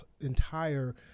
entire